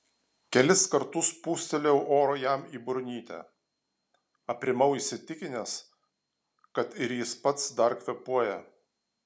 kelis kartus pūstelėjau oro jam į burnytę aprimau įsitikinęs kad ir jis pats dar kvėpuoja